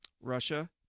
Russia